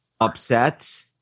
upset